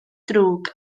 drwg